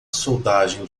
soldagem